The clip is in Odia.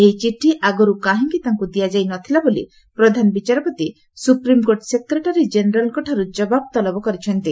ଏହି ଚିଠି ଆଗରୁ କାହିଁକି ତାଙ୍କୁ ଦିଆଯାଇ ନ ଥିଲା ବୋଲି ପ୍ରଧାନ ବିଚାରପତି ସୁପ୍ରିମ୍କୋର୍ଟ ସେକ୍ରେଟାରୀ କେନେରାଲ୍ଙ୍କଠାରୁ ଜବାବ୍ ତଲବ କରିଛନ୍ତି